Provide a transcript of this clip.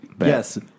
Yes